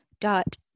dot